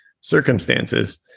circumstances